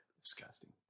Disgusting